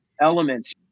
elements